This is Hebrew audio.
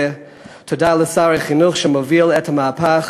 ותודה לשר החינוך שמוביל את המהפך,